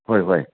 ꯍꯣꯏ ꯍꯣꯏ